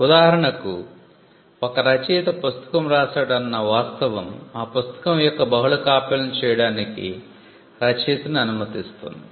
ఉదాహరణకు ఒక రచయిత పుస్తకం రాసాడు అన్న వాస్తవం ఆ పుస్తకం యొక్క బహుళ కాపీలను చేయడానికి రచయితను అనుమతిస్తుంది